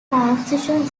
transition